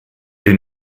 den